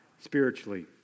spiritually